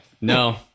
No